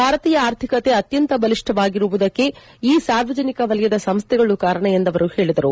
ಭಾರತೀಯ ಆರ್ಥಿಕತೆ ಅತ್ಯಂತ ಬಲಿಷ್ಷವಾಗಿರುವುದಕ್ಕೆ ಈ ಸಾರ್ವಜನಿಕ ವಲಯದ ಸಂಸ್ಲೆಗಳು ಕಾರಣ ಎಂದು ಅವರು ಪೇಳಿದರು